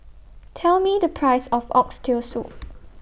Tell Me The Price of Oxtail Soup